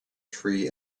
tree